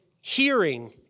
hearing